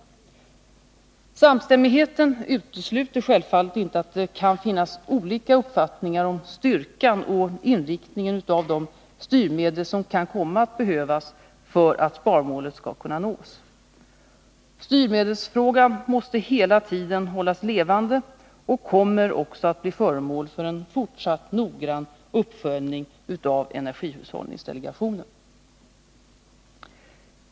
Samstämmigheten utesluter självfallet inte att det kan finnas olika uppfattningar om styrkan och inriktningen av de styrmedel som kan komma att behövas för att sparmålet skall kunna nås. Styrmedelsfrågan måste hela tiden hållas levande och kommer också att bli föremål för en fortsatt noggrann uppföljning av energihushållningsdelegationen.